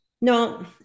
No